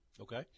Okay